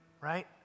right